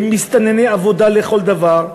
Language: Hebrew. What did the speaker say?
הם מסתנני עבודה לכל דבר,